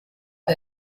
der